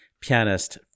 pianist